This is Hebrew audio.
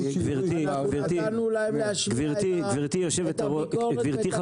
נתנו להם להשמיע את הביקורת בתקיפות,